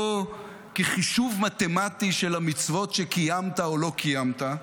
לא כחישוב מתמטי של המצוות שקיימת או לא קיימת,